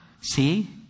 See